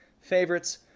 favorites